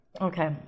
okay